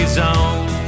zone